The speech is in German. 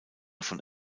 von